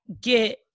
get